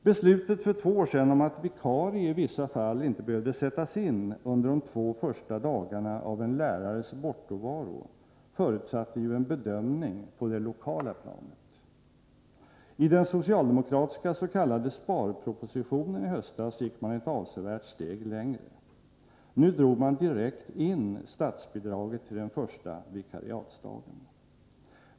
Beslutet för två år sedan om att vikarie i vissa fall inte behövde sättas in under de två första dagarna av en lärares bortovaro förutsatte ju en bedömning på det lokala planet. I den socialdemokratiska s.k. sparpropositionen i höstas gick man ett avsevärt steg längre. Nu drog man direkt in statsbidraget till den första vikariatsdagen.